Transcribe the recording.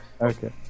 okay